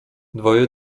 dwoje